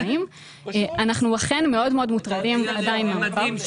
אנחנו אכן מאוד מאוד מוטרדים עדיין מהמצב.